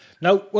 Now